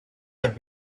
have